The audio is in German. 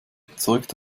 überzeugt